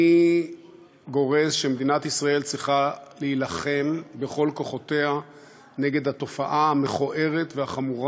אני גורס שמדינת ישראל צריכה להילחם בכל כוחותיה נגד תופעת ה-BDS